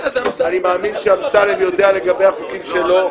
אני מאמין שאמסלם יודע לגבי החוקים שלו.